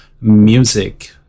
music